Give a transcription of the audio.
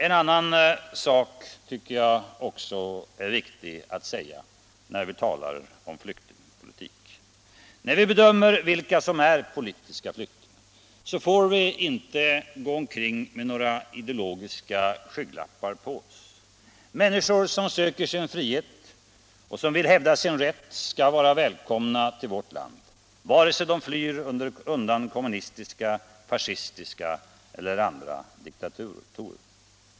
En annan sak bör också sägas när vi talar om flyktingpolitiken. Då vi bedömer vilka som är politiska flyktingar, får vi inte gå omkring med några ideologiska skygglappar. Människor som söker sin frihet och som vill hävda sin rätt skall vara välkomna till vårt land vare sig de flyr undan kommunistiska, fascistiska eller andra diktatorer.